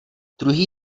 druhý